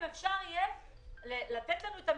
האם בתור חבר קואליציה אתה חייב לסתום את הפה